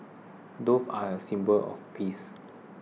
doves are a symbol of peace